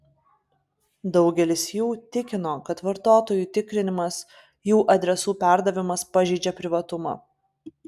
daugelis jų tikino kad vartotojų tikrinimas jų adresų perdavimas pažeidžia privatumą